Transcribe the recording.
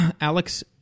Alex